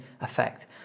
effect